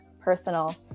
personal